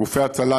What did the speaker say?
גופי הצלה,